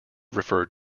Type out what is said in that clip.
referred